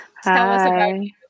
Hi